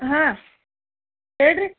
ಹಾಂ ಹೇಳ್ರಿ